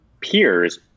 peers